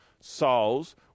souls